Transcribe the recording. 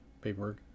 paperwork